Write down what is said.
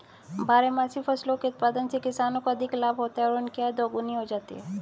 बारहमासी फसलों के उत्पादन से किसानों को अधिक लाभ होता है और उनकी आय दोगुनी हो जाती है